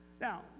Now